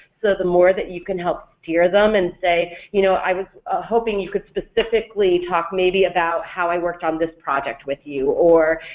so the more that you can help steer them and say you know i was hoping you could specifically talk maybe about how i worked on this project with you, or